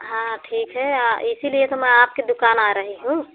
हाँ ठीक है इसी लिए तो मैं आपकी दुकान आ रही हूँ